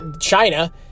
China